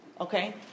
okay